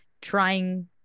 trying